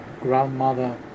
grandmother